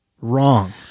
wrong